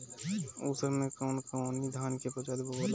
उसर मै कवन कवनि धान के प्रजाति बोआला?